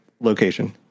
location